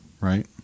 Right